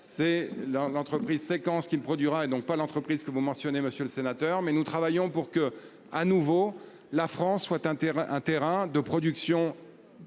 c'est l'entreprise séquence qu'il produira et donc pas l'entreprise que vous mentionnez, monsieur le sénateur, mais nous travaillons pour que à nouveau la France soit un terrain un terrain